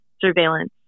surveillance